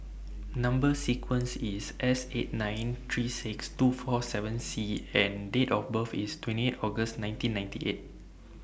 Number sequence IS S eight nine three six two four seven C and Date of birth IS twenty eight August nineteen ninety eight